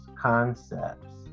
concepts